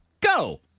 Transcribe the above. Go